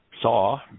saw